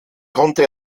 konnte